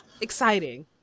exciting